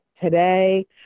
today